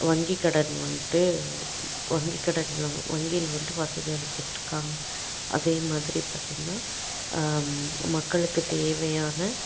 வங்கி கடன் வந்துட்டு வங்கி கடனில் வங்கியில் வந்துட்டு வசதி அளிச்சுட்ருக்காங்க அதே மாதிரி பார்த்தீங்கன்னா மக்களுக்கு தேவையான